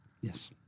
Yes